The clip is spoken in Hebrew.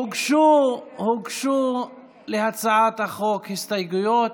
הוגשו להצעת החוק הסתייגויות,